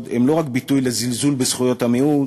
הם לא רק ביטוי לזלזול בזכויות המיעוט